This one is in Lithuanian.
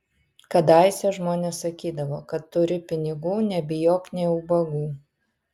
kadaise žmonės sakydavo kad turi pinigų nebijok nė ubagų